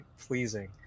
pleasing